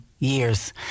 Years